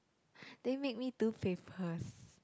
they make me do papers